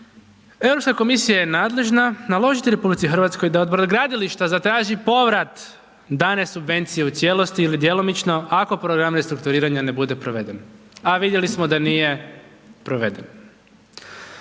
EU komisija je nadležna naložiti RH da od brodogradilišta zatraži povrat dane subvencije u cijelosti ili djelomično ako program restrukturiranja ne bude proveden. A vidjeli smo da nije proveden.